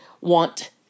want